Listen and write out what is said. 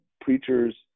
preachers